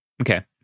Okay